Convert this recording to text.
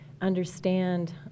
understand